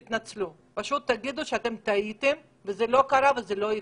תתנצלו, תגידו שאתם טעיתם, ושזה לא קרה ולא יקרה.